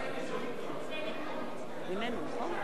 אינו נוכח.